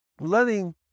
letting